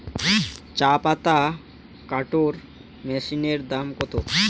চাপাতা কাটর মেশিনের দাম কত?